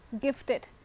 gifted